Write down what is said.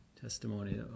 testimony